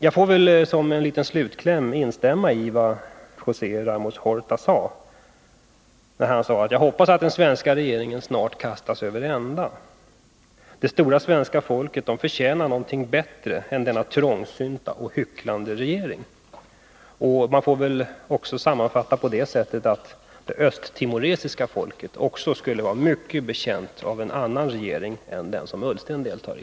Jag får väl som en liten slutkläm instämma i vad José Ramos Horta sade: Jag hoppas att den svenska regeringen snart kastas över ända. Det stora svenska folket förtjänar något bättre än denna trångsynta och hycklande regering. Man kan också sammanfatta på det sättet att även det Östtimorianska folket skulle vara mycket betjänt av en annan regering än den som Ola Ullsten deltar i.